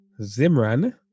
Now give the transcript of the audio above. Zimran